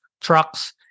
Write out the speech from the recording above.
trucks